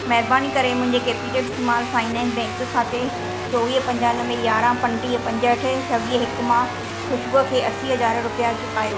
महिरबानी करे मुंहिंजे केपिटल स्माल फाइनेंस बैंक खाते चोवीह पंजानवे यारहं पंटीह पंजहठि छवीह हिकु मां खुशबूअ खे असीं हज़ार रुपिया चुकायो